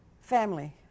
family